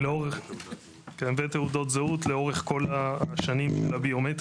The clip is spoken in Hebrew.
אתם במו ידיכם גורמים לכך שהבעיה הזאת לא תיגמר.